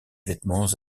vêtements